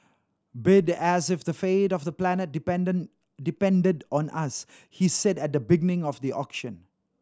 bid as if the fate of the planet depended on us he said at the beginning of the auction